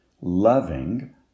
loving